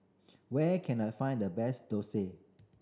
where can I find the best dosa